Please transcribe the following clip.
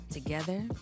Together